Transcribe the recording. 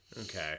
Okay